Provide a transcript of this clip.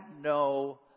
no